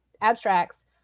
abstracts